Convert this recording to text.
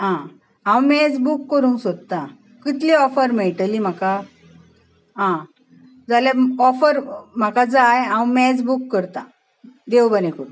आं हांव मेज बूक करूंक सोदतां कितली ऑफर मेळटली म्हाका आं जाल्यार ऑफर म्हाका जाय हांव बूक करतां देव बरें करूं